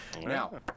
Now